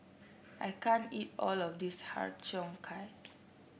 I can't eat all of this Har Cheong Gai